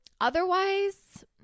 otherwise